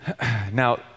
Now